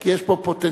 כי יש פה פוטנציאל,